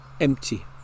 empty